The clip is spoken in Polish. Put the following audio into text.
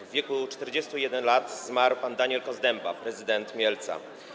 W wieku 41 lat zmarł pan Daniel Kozdęba, prezydent Mielca.